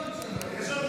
וטוב שלא.